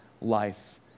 life